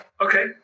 Okay